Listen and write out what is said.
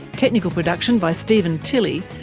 technical production by steven tilley,